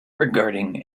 regarding